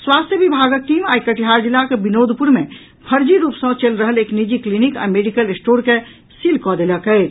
स्वास्थ्य विभागक टीम आइ कटिहार जिलाक विनोदपुर मे फर्जी रूप सँ चलि रहल एक निजी क्लिनिक आ मेडिकल स्टोर के सील कऽ देलक अछि